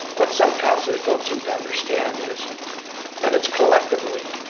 what some councilors don't seem to understand is that it's collectively,